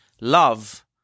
Love